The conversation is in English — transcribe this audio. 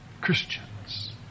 Christians